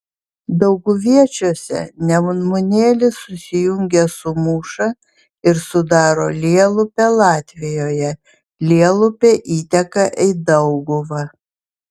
dauguviečiuose nemunėlis susijungia su mūša ir sudaro lielupę latvijoje lielupė įteka į dauguvą